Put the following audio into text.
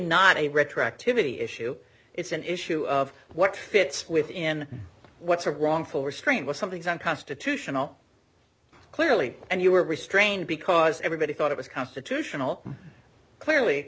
not a retroactivity issue it's an issue of what fits within what's a wrongful restraint what something is unconstitutional clearly and you were restrained because everybody thought it was constitutional clearly